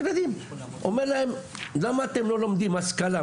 ילדים אומר להם למה אתם לא לומדים כלכלה,